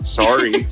sorry